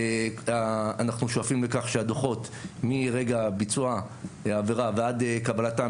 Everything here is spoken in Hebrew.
אנחנו שואפים לכך שהדוחות מרגע ביצוע העבירה ועד קבלתם,